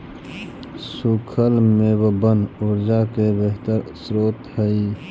सूखल मेवबन ऊर्जा के बेहतर स्रोत हई